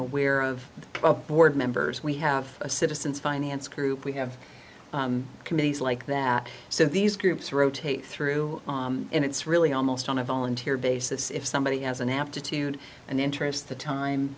aware of the board members we have a citizen's finance group we have committees like that so these groups rotate through and it's really almost on a volunteer basis if somebody has an aptitude and interest the time